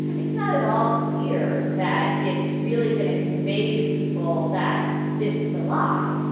it's not at all clear that it's really going to convey to people that this is a lie.